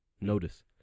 Notice